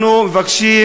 אנחנו מבקשים